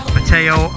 Mateo